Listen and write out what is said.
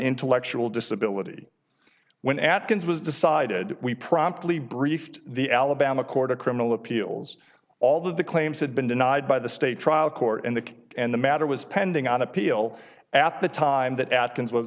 intellectual disability when atkins was decided we promptly briefed the alabama court of criminal appeals although the claims had been denied by the state trial court and the and the matter was pending on appeal at the time that atkins was